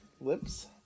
Lips